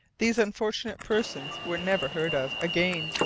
these unfortunate persons were never heard of again.